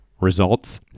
results